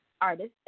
artist